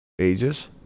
Ages